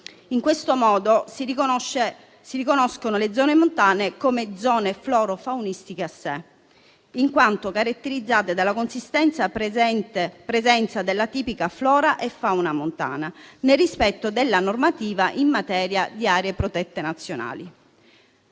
In questo modo, si riconoscono quelle montane come zone florofaunistiche a sé, in quanto caratterizzate dalla consistente presenza della tipica flora e fauna montana, nel rispetto della normativa in materia di aree protette nazionali.